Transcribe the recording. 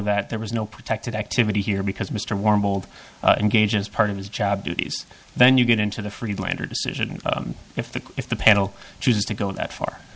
that there was no protected activity here because mr warbled engages part of his job duties then you get into the freelander decision if the if the panel chooses to go that far